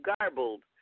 garbled